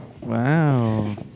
Wow